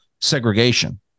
segregation